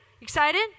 Excited